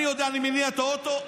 אני יודע שאני מתניע את האוטו.